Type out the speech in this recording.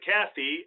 Kathy